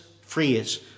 phrase